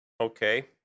Okay